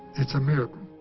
it's a miracle